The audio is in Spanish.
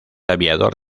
aviador